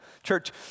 Church